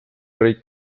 rey